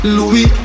Louis